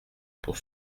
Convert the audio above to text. pour